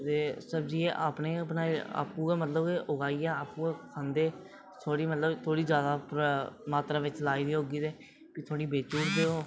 ते सब्जी एह् अपने गै बनाई आपूं गै मतलब आपूं गै उगाइयै आपूं गै खंदे थोह्ड़ी मतलब थोह्ड़ी जैदा मात्रा बिच लाई दी होगी ते फ्ही थोह्ड़ी बेची ओड़दे ओह्